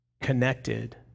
connected